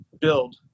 build